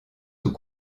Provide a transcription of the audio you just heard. sous